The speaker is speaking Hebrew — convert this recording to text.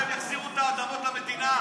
אתה בעד שהם יחזירו האדמות למדינה?